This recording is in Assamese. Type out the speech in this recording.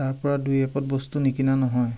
তাৰপৰা দুই এপদ বস্তু নিকিনা নহয়